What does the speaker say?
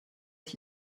ich